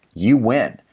you win.